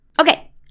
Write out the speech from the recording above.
okay